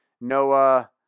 Noah